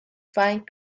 find